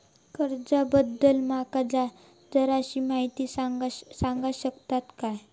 कर्जा बद्दल माका जराशी माहिती सांगा शकता काय?